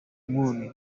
moon